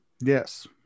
Yes